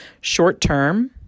short-term